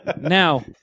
Now